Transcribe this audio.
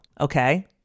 okay